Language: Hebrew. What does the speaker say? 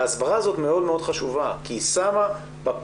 ההסברה הזאת מאוד מאוד חשובה כי היא שמה בפריזמה